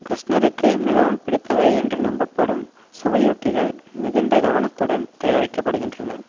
கிருஷ்ணருக்கு மிகவும் பிடித்தவை என்று நம்பப்படும் சுவையூட்டிகள் மிகுந்த கவனத்துடன் தயாரிக்கப்படுகின்றன